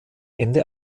ende